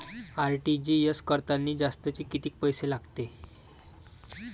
RTGS करतांनी जास्तचे कितीक पैसे लागते?